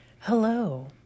hello